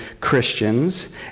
Christians